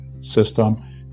system